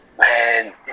man